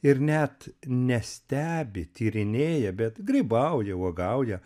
ir net ne stebi tyrinėja bet grybauja uogauja